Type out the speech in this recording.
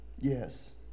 Yes